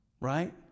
right